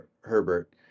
Herbert